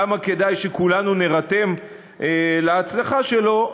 כמה כדאי שכולנו נירתם להצלחה שלו,